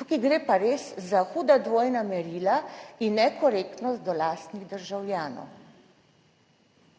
Tukaj gre pa res za huda dvojna merila in nekorektnost do lastnih državljanov.